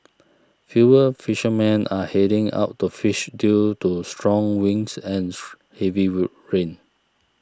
fewer fishermen are heading out to fish due to strong winds and heavy road rain